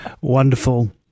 Wonderful